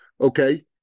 okay